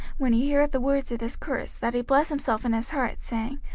when he heareth the words of this curse, that he bless himself in his heart, saying,